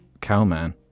Cowman